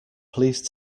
please